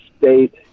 state